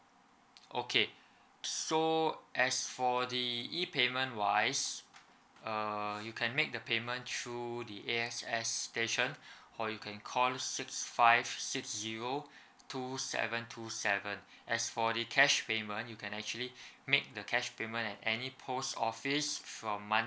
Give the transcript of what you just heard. okay so as for the e payment wise uh you can make the payment through the axs station or you can call six five six zero two seven two seven as for the cash payment you can actually make the cash payment and any post office from monday